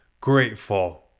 grateful